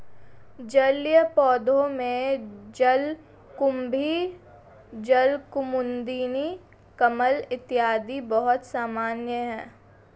जलीय पौधों में जलकुम्भी, जलकुमुदिनी, कमल इत्यादि बहुत सामान्य है